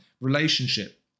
relationship